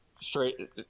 straight